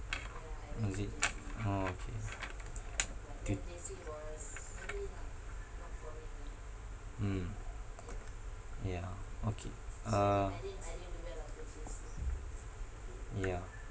orh is it orh okay good mm yeah okay uh yeah